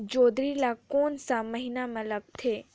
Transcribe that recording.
जोंदरी ला कोन सा महीन मां लगथे?